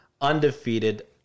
undefeated